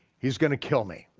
he's gonna kill me.